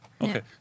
okay